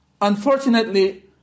unfortunately